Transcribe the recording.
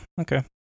okay